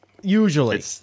Usually